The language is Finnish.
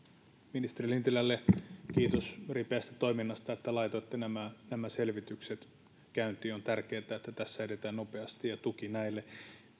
ministeri lintilälle kiitos ripeästä toiminnasta että laitoitte nämä selvitykset käyntiin on tärkeätä että tässä edetään nopeasti tuki näille